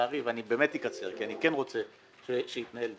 אני כן אקצר כי אני רוצה שיתנהל דיון.